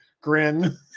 grin